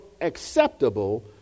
acceptable